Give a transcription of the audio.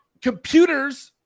Computers